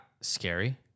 scary